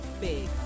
big